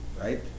right